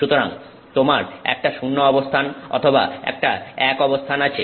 সুতরাং তোমার একটা 0 অবস্থান অথবা একটা 1 অবস্থান আছে